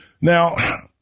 Now